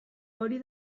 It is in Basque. hori